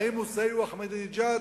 האם מוסאווי הוא אחמדינג'אד?